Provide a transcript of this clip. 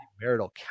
marital